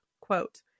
quote